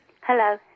Hello